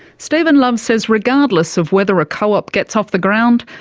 stephen love says regardless of whether a co-op gets off the ground,